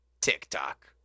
TikTok